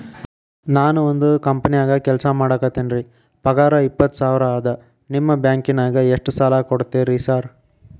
ನಾನ ಒಂದ್ ಕಂಪನ್ಯಾಗ ಕೆಲ್ಸ ಮಾಡಾಕತೇನಿರಿ ಪಗಾರ ಇಪ್ಪತ್ತ ಸಾವಿರ ಅದಾ ನಿಮ್ಮ ಬ್ಯಾಂಕಿನಾಗ ಎಷ್ಟ ಸಾಲ ಕೊಡ್ತೇರಿ ಸಾರ್?